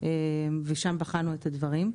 ושם בחנו את הדברים.